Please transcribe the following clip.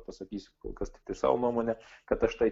pasakysiu kol kas tiktai savo nuomonę kad aš tai